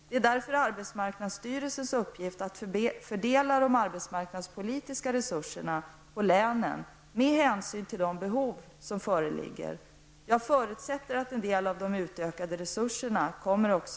Det är därför arbetsmarknadsstyrelsens uppgift att fördela de arbetsmarknadspolitiska resurserna på länen med hänsyn till de behov som föreligger. Jag förutsätter att en del av de utökade resurserna kommer också